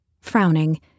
Frowning